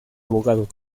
abogado